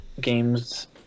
games